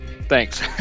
thanks